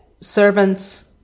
servants